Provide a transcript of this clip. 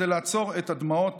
להתקשר לאבא כשאתה בדרך הביתה,